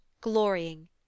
glorying